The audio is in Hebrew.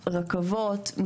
רכבות,